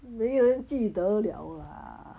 没有人记得 liao lah